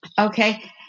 okay